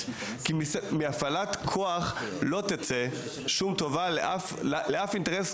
כי מהפעלת כוח לא תצא שום טובה לאף אינטרס,